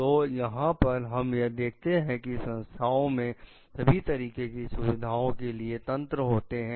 तो यहां पर हम यह देखते हैं कि संस्थाओं में सभी तरीके की सुविधाओं के लिए तंत्र होते हैं